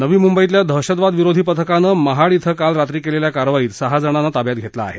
नवी मुंबईतल्या दहशतवाद विरोधी पथकानं महाड धिं काल रात्री केलेल्या कारवाईत सहा जणांना ताब्यात घेतलं आहे